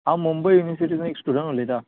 हांव मुंबय युनीवरसीटीसुन एक स्टुडंट उलयता